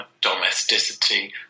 domesticity